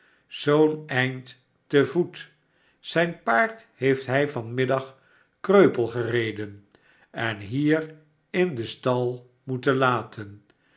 zoo'n eind te voet zijn paard heeft hij van middag kreupel gereden en hier in den stal moeten laten